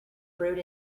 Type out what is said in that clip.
brewed